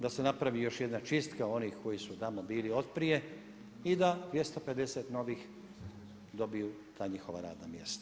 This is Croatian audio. Da se napravi još jedna čistka onih koji su tamo bili otprije i da 250 novih dobiju ta njihova radna mjesta.